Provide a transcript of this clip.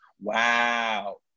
Wow